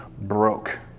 broke